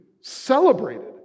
celebrated